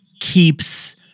keeps